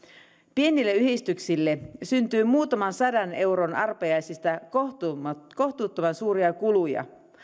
pienille yhdistyksille syntyy muutaman sadan euron arpajaisista kohtuuttoman suuria kuluja